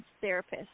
therapist